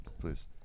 Please